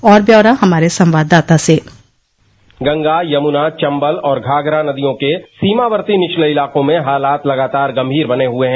और ब्योरा हमारे संवाददाता से गंगा यमुना चंबल और घाघरा नदियों के सीमावर्ती निचले इलाकों में हालात लगातार गंभीर बने हुए हैं